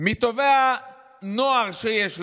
מטובי הנוער שיש לנו,